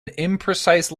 imprecise